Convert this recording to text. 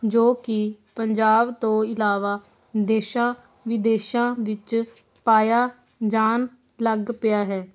ਜੋ ਕਿ ਪੰਜਾਬ ਤੋਂ ਇਲਾਵਾ ਦੇਸ਼ਾਂ ਵਿਦੇਸ਼ਾਂ ਵਿੱਚ ਪਾਇਆ ਜਾਣ ਲੱਗ ਪਿਆ ਹੈ